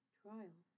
trial